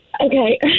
Okay